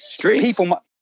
people